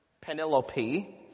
Penelope